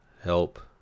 help